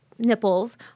Nipples